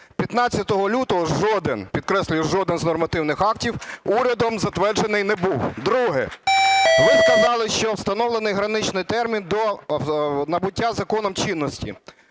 15 лютого жоден, підкреслюю, жоден з нормативних актів урядом затверджений не був. Друге. Ви сказали, що встановлений граничний термін до набуття законом чинності